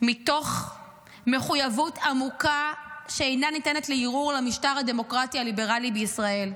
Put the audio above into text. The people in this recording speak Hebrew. מתוך מחויבות עמוקה שאינה ניתנת לערעור למשטר הדמוקרטי הליברלי בישראל.